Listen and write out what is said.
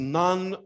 none